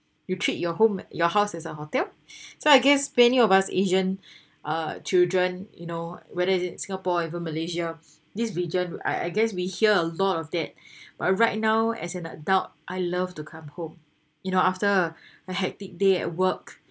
you treat your home your house as a hotel so I guess many of us asian uh children you know whereas in singapore even malaysia this region I I guess we hear a lot of that but right now as an adult I love to come home you know after a a hectic day at work